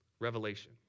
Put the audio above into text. Revelation